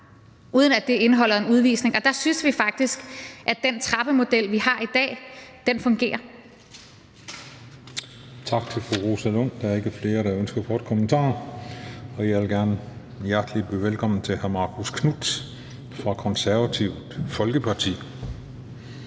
uden at det indeholder en udvisning. Og der synes vi faktisk, at den trappemodel, vi har i dag, fungerer. Kl. 15:02 Den fg. formand (Christian Juhl): Tak til fru Rosa Lund. Der er ikke flere, der ønsker korte bemærkninger. Jeg vil gerne byde hjertelig velkommen til hr. Marcus Knuth fra Konservative Folkeparti.